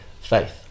Faith